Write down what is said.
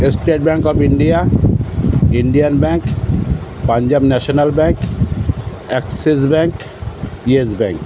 state Bank of India Indian Bank Punjab National Bank Axis Bank Yes bank